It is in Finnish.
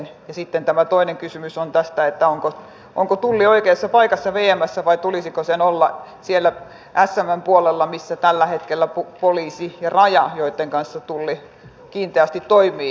ja sitten tämä toinen kysymys on tästä onko tulli oikeassa paikassa vmssä vai tulisiko sen olla siellä smn puolella missä ovat tällä hetkellä poliisi ja raja joitten kanssa tulli kiinteästi toimii